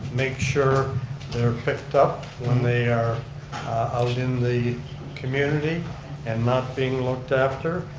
make sure they're picked up when they are out in the community and not being looked after.